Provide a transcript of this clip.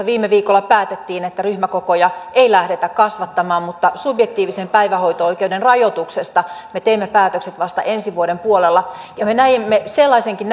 viime viikolla päätettiin että ryhmäkokoja ei lähdetä kasvattamaan mutta subjektiivisen päivähoito oikeuden rajoituksesta me teemme päätökset vasta ensi vuoden puolella ja me näimme sellaisenkin